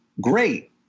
great